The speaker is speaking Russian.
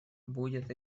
будет